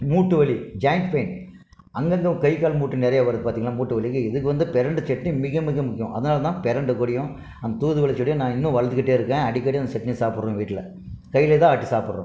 மூட்டு வலி joint pain அங்கங்கே கை கால் மூட்டு நிறைய வருகுது பார்த்திங்களா மூட்டு வலி இதுக்கு வந்து பெரண்டை சட்னி மிக மிக முக்கியம் அதினாலதான் பெரண்டை கொடியும் அந்த தூதுவளை செடியும் நான் இன்னும் வளர்த்துகிட்டே இருக்கேன் அடிக்கடி அந்த சட்னியை சாப்பிட்றோம் எங்கள் வீடடில் கையால்தான் ஆட்டி சாப்பிடறோம்